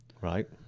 Right